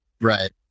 Right